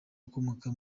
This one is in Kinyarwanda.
ukomoka